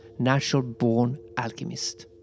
naturalbornalchemist